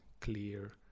clear